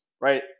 right